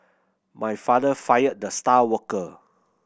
my father fired the star worker